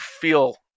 feel